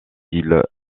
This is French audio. îles